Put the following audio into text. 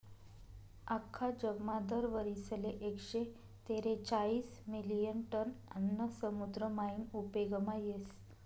आख्खा जगमा दर वरीसले एकशे तेरेचायीस मिलियन टन आन्न समुद्र मायीन उपेगमा येस